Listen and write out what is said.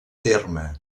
terme